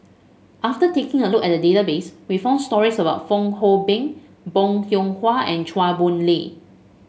after taking a look at the database we found stories about Fong Hoe Beng Bong Hiong Hwa and Chua Boon Lay